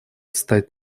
встать